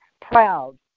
proud